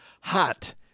hot